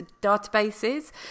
databases